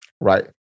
right